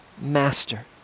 master